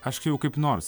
aš jau kaip nors